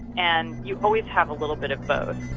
and you always have a little bit of both.